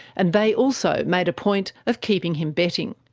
and they also made a point of keeping him betting.